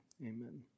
Amen